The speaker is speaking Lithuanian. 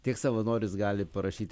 tiek savanoris gali parašyti